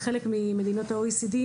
היא חלק ממדינות ה- OECD,